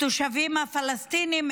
לתושבים הפלסטינים,